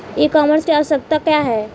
ई कॉमर्स की आवशयक्ता क्या है?